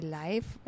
life